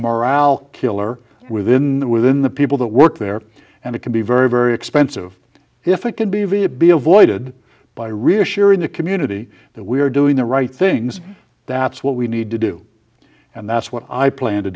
morale killer within the within the people that work there and it can be very very expensive if it can be via be avoided by reassuring the community that we are doing the right things that's what we need to do and that's what i plan to